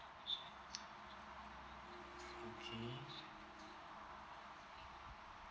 okay